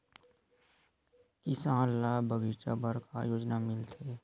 किसान ल बगीचा बर का योजना मिलथे?